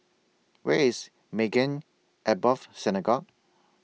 Where IS Maghain Aboth Synagogue